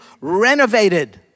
renovated